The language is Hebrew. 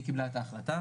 והיא קיבלה את ההחלטה.